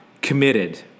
committed